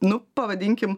nu pavadinkim